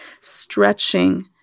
stretching